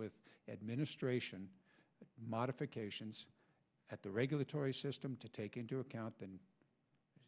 with administration modifications at the regulatory system to take into account the